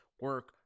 Work